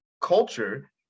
culture